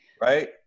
right